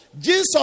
Jesus